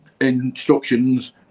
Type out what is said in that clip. instructions